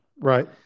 Right